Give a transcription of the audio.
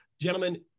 Gentlemen